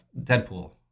Deadpool